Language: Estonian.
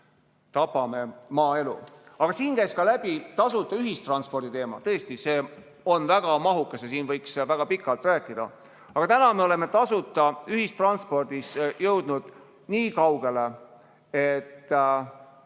tapame maaelu. Siin käis läbi ka tasuta ühistranspordi teema. Tõesti, see on väga mahukas ja sellest võiks väga pikalt rääkida. Aga täna me oleme tasuta ühistranspordis jõudnud nii kaugele, et